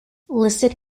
listed